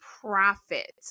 profit